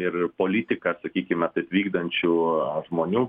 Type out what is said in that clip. ir politika sakykime taip vykdančių žmonių